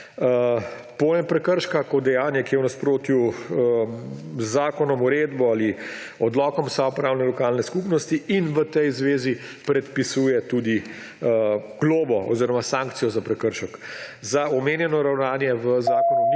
pojem prekrška kot dejanje, ki je v nasprotju z zakonom, uredbo ali odlokom samoupravne lokalne skupnosti, in v tej zvezi predpisuje tudi globo oziroma sankcijo za prekršek. Za omenjeno ravnanje v zakonu